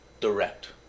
direct